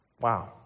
Wow